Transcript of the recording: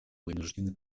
вынуждены